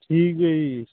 ਠੀਕ ਹੈ ਜੀ